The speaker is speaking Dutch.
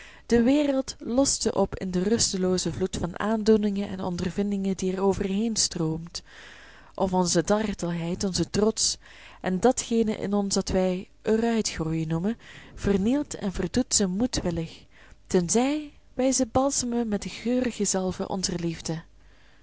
de wereld lost ze op in den rusteloozen vloed van aandoeningen en ondervindingen die er overheenstroomt of onze dartelheid onze trots en datgene in ons dat wij er uitgroeien noemen vernielt en verdoet ze moedwillig tenzij wij ze balsemen met de geurige zalve onzer liefde